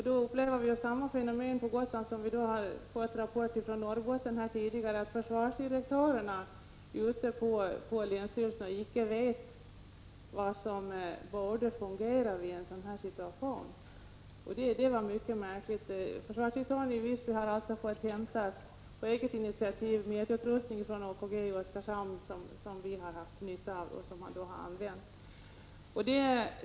Vi upplever då samma fenomen på Gotland som man enligt en rapport upplevt i Norrbotten, dvs. att försvarsdirektörerna ute på länsstyrelserna icke vet vad som borde fungera i en sådan situation. Detta var mycket märkligt. Försvarsdirektören i Visby har alltså på eget initiativ fått hämta mätutrustning från AKG i Oskarshamn, som vi har haft nytta av och använt.